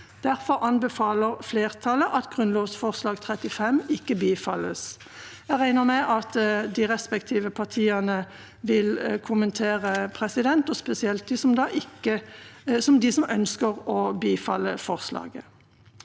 Derfor anbefaler flertallet at grunnlovsforslag nr. 35 ikke bifalles. Jeg regner med at de respektive partiene vil kommentere, og da spesielt de som ønsker å bifalle forslaget.